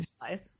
life